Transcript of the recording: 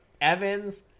Evans